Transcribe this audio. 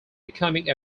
becoming